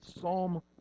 psalm